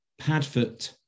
Padfoot